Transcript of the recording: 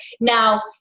now